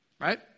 Right